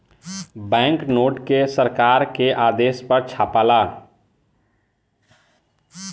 bank note के सरकार के आदेश पर छापाला